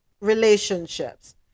relationships